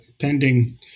pending